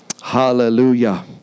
Hallelujah